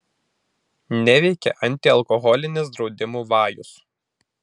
neveikia antialkoholinis draudimų vajus